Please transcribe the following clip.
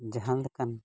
ᱡᱟᱦᱟᱸ ᱞᱮᱠᱟᱱ